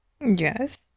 Yes